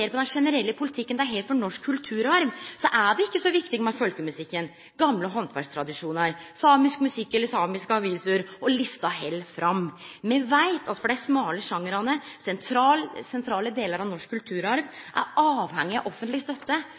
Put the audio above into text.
ser på den generelle politikken Framstegspartiet har for norsk kulturarv, er det ikkje så viktig med folkemusikken, gamle handverkstradisjonar, samisk musikk eller samiske aviser – og lista held fram. Me veit at dei smale sjangrane – sentrale deler av norsk kulturarv – er avhengige av offentleg støtte